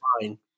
fine